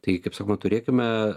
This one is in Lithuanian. taigi kaip sakoma turėkime